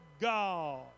God